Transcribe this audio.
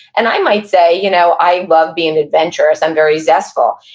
and i might say, you know i love being adventurous, i'm very zestful.